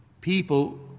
people